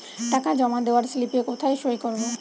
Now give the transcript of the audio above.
টাকা জমা দেওয়ার স্লিপে কোথায় সই করব?